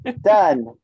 done